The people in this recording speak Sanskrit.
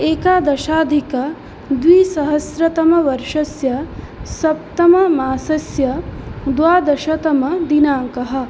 एकादशाधिकद्विसहस्रतमवर्षस्य सप्तममासस्य द्वादशतमदिनाङ्कः